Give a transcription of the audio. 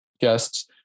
guests